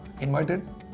invited